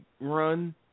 run